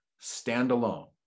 standalone